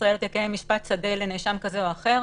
ישראל תקיים משפט שדה לנאשם כזה או אחר.